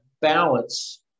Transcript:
balance